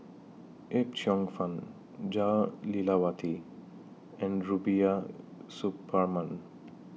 Yip Cheong Fun Jah Lelawati and Rubiah Suparman